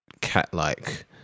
cat-like